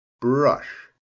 Brush